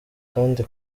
kandi